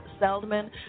Seldman